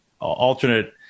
alternate